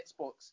Xbox